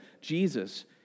Jesus